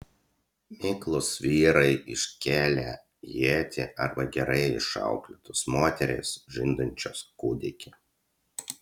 miklūs vyrai iškėlę ietį arba gerai išauklėtos moterys žindančios kūdikį